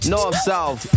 North-South